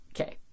Okay